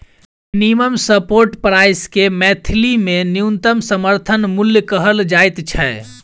minimum support price के मैथिली मे न्यूनतम समर्थन मूल्य कहल जाइत छै